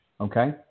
Okay